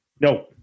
No